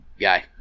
guy